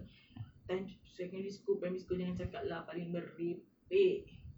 time secondary school primary school jangan cakap lah paling merepek